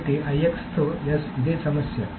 కాబట్టి IX తో S ఇదే సమస్య